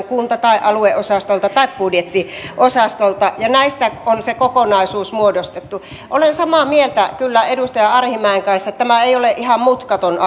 kunta tai alueosastolta tai budjettiosastolta ja näistä on se kokonaisuus muodostettu olen kyllä samaa mieltä edustaja arhinmäen kanssa että tämä ei ole ihan mutkaton